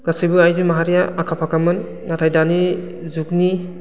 गासैबो आइजो माहारिया आखा फाखामोन नाथाय दानि जुगनि